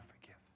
forgive